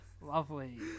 lovely